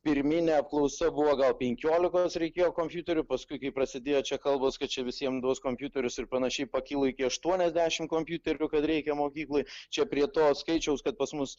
pirminė apklausa buvo gal penkiolikos reikėjo kompiuterių paskui kai prasidėjo čia kalbos čia visiem duos kompiuterius ir panašiai pakilo iki aštuoniasdešimt kompiuterių kad reikia mokyklai čia prie to skaičiaus kad pas mus